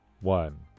one